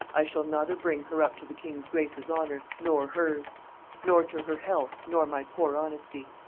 i shall nother bring her up to the king's grace's honour, nor hers nor to her health, nor my poor honesty.